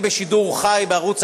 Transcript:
ירצה